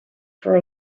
for